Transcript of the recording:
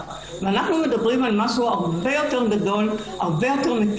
ואנחנו מדברים על דבר הרבה יותר גדול ומקיף,